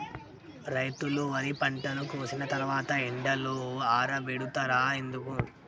రైతులు వరి పంటను కోసిన తర్వాత ఎండలో ఆరబెడుతరు ఎందుకు?